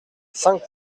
cinq